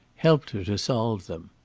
helped her to solve them.